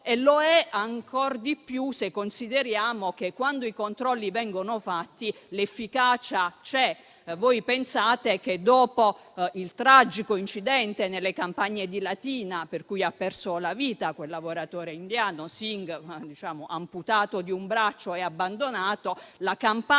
e lo è ancor di più se consideriamo che, quando i controlli vengono fatti, l'efficacia c'è. Pensate che dopo il tragico incidente nelle campagne di Latina, in cui ha perso la vita un lavoratore indiano, Singh, amputato di un braccio e abbandonato, la campagna